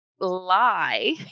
Lie